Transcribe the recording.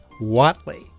Watley